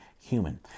human